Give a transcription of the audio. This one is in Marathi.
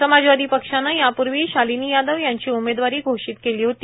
समाजवादी पक्षाने यापूर्वी शालीनी यादव यांची उमेदवारी घोषीत केली होती